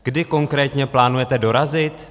Kdy konkrétně plánujete dorazit?